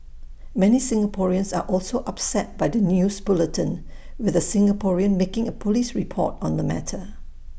many Singaporeans are also upset by the news bulletin with A Singaporean making A Police report on the matter